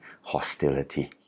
hostility